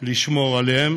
לשמור עליהם